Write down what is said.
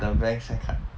the haircut